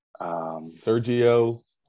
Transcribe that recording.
Sergio